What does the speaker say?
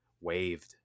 waved